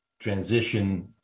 transition